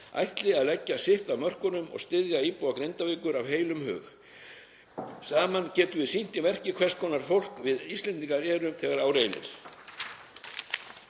ætli að leggja sitt af mörkum og styðja íbúa Grindavíkur af heilum hug. Saman getum við sýnt í verki hvers konar fólk við Íslendingar erum þegar á reynir.